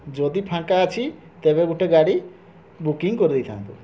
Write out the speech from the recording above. ଯଦି ଫାଙ୍କା ଅଛି ତେବେ ଗୋଟେ ଗାଡ଼ି ବୁକିଂ କରି ଦେଇଥାନ୍ତୁ